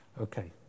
Okay